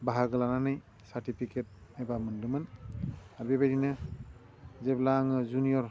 बाहागो लानानै सार्टिफिकेट एबा मोनदोंमोन बेबायदिनो जेब्ला आङो जुनियर